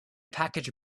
package